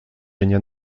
régna